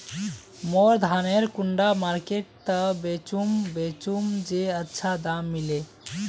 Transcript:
मोर धानेर कुंडा मार्केट त बेचुम बेचुम जे अच्छा दाम मिले?